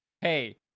hey